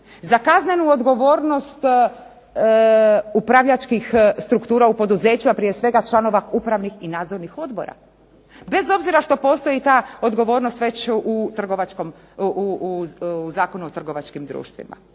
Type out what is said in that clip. za kaznenu odgovornost upravljačkih struktura u poduzeću a prije svega članova upravnih i nadzornih odbora bez obzira što postoji ta odgovornost već u Zakonu o trgovačkom društvima.